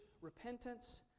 repentance